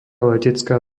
letecká